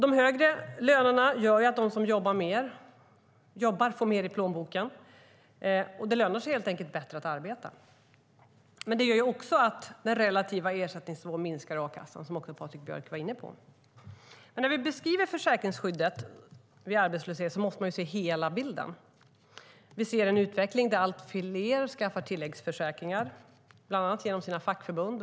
De högre lönerna gör att de som jobbar får mer i plånboken. Det lönar sig helt enkelt bättre att arbeta. Men det gör också att den relativa ersättningsnivån minskar i a-kassan, vilket Patrik Björck var inne på. När vi beskriver försäkringsskyddet vid arbetslöshet måste vi dock se hela bilden. Vi ser en utveckling där allt fler skaffar tilläggsförsäkringar, bland annat genom sina fackförbund.